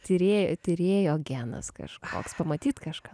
tyrėj tyrėjo genas kažkoks pamatyt kažką